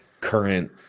current